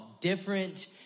different